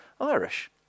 Irish